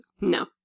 No